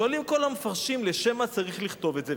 שואלים כל המפרשים: לשם מה צריך לכתוב את זה?